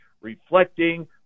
reflecting